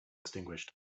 extinguished